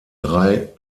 drei